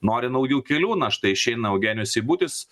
nori naujų kelių na štai išeina eugenijus seibutis